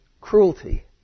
cruelty